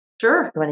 Sure